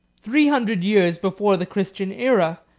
three hundred years before the christian aera,